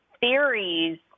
theories